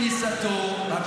הוא ביקש עם כניסתו לתפקיד,